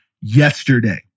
yesterday